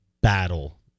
battle